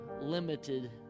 limited